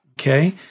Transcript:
okay